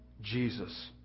Jesus